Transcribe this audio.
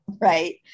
right